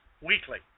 weekly